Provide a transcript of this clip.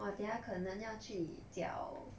我等下可能要去搅